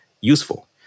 useful